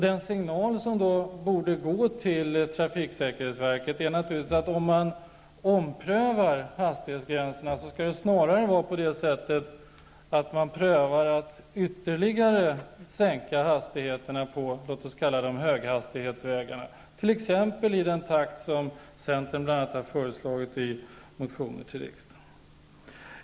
Den signal som då borde gå till trafiksäkerhetsverket är att om man omprövar hastighetsgränserna skall man snarare pröva att ytterligare sänka hastigheterna på, låt oss kalla dem så, höghastighetsvägarna i t.ex. den takt som centern bl.a. har föreslagit i motioner till riksdagen.